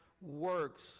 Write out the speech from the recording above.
works